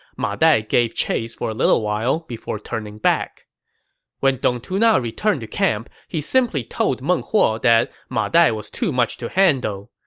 ma dai gave chase for a little while before turning back when dong tuna returned to camp, he simply told meng huo that ma dai was too much to handle,